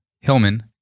Hillman